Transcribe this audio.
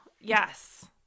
yes